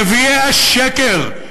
נביאי השקר,